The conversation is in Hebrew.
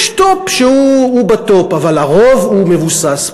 יש טופ שהוא בטופ, אבל הרוב הוא מבוסס.